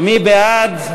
מי בעד?